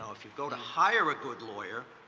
if you go to hire a good lawyer,